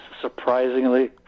surprisingly